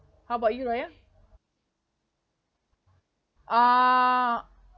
how about you raya uh